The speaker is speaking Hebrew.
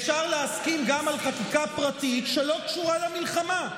אפשר להסכים גם על חקיקה פרטית שלא קשורה למלחמה.